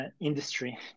industry